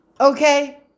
Okay